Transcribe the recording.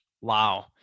Wow